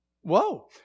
Whoa